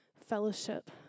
fellowship